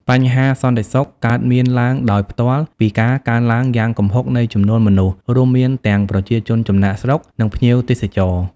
បញ្ហាសន្តិសុខ កើតមានឡើងដោយផ្ទាល់ពីការកើនឡើងយ៉ាងគំហុកនៃចំនួនមនុស្ស រួមមានទាំងប្រជាជនចំណាកស្រុក និងភ្ញៀវទេសចរ។